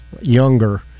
younger